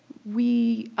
we